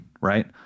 Right